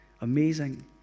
amazing